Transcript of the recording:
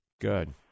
Good